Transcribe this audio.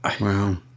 Wow